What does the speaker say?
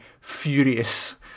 furious